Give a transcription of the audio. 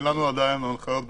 אין לנו עדיין הנחיות בנושא,